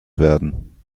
werden